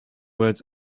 words